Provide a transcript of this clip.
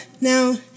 Now